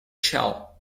shell